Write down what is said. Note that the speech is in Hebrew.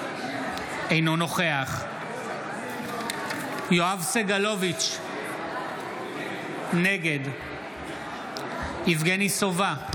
אינו נוכח יואב סגלוביץ' נגד יבגני סובה,